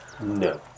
No